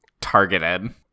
targeted